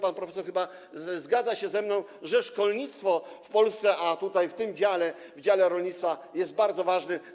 Pan profesor chyba zgadza się ze mną, że szkolnictwo w Polsce, tutaj, w tym dziale, w dziale rolnictwa, jest bardzo ważne.